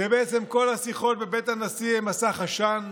שבעצם כל השיחות בבית הנשיא הן מסך עשן.